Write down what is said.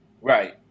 Right